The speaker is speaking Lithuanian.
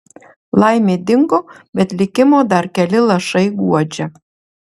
laimė dingo bet likimo dar keli lašai guodžia